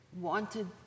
wanted